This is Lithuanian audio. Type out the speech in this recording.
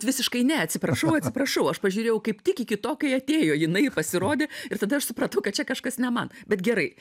visiškai ne atsiprašau atsiprašau aš pažiūrėjau kaip tik iki to kai atėjo jinai pasirodė ir tada aš supratau kad čia kažkas ne man bet gerai